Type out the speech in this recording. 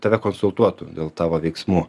tave konsultuotų dėl tavo veiksmų